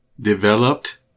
Developed